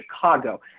Chicago